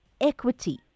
Equity